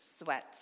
sweat